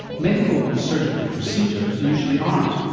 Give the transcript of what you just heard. medical and surgical procedures usually aren't.